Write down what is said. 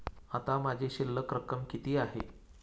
आता माझी शिल्लक रक्कम किती आहे?